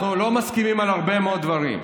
משה, משה, אנחנו לא מסכימים על הרבה מאוד דברים.